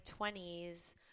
20s